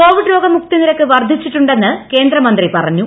Covid രോഗ മുക്തി നിരക്ക് വർദ്ധിച്ചിട്ടുണ്ടെന്ന് കേന്ദ്രമന്ത്രി പറഞ്ഞു